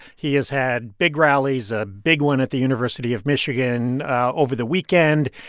he has had big rallies, a big one at the university of michigan over the weekend.